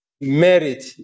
merit